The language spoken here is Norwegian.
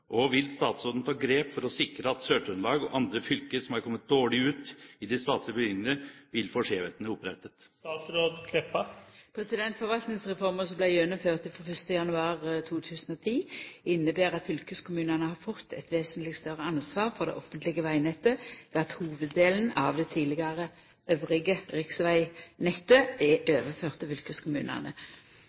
og vil statsråden ta grep for å sikre at Sør-Trøndelag og andre fylker som har kommet dårlig ut i statlige bevilgninger, vil få skjevhetene gjenopprettet?» Forvaltningsreforma som vart gjennomført frå 1. januar 2010, inneber at fylkeskommunane har fått eit vesentleg større ansvar for det offentlege vegnettet ved at hovuddelen av det tidlegare øvrige riksvegnettet er overført til fylkeskommunane.